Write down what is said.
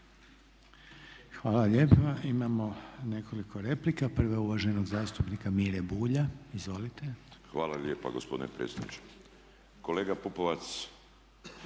Hvala lijepa. Imamo nekoliko replika. Prava je uvaženog zastupnika Mire Bulja. Izvolite. **Bulj, Miro (MOST)** Hvala lijepo gospodine predsjedniče. Kolega Pupovac,